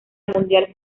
mundial